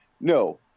No